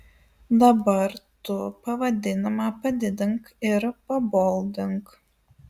dabar tu pavadinimą padidink ir paboldink